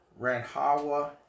Ranhawa